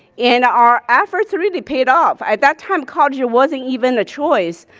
and our efforts really paid off. at that time college wasn't even a choice,